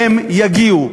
הם יגיעו,